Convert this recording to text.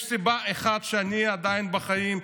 יש סיבה אחת שהנייה עדיין בחיים,